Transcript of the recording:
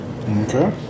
Okay